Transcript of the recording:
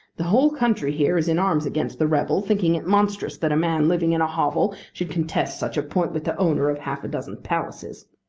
the whole country here is in arms against the rebel, thinking it monstrous that a man living in a hovel should contest such a point with the owner of half-a-dozen palaces.